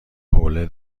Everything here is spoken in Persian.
حوله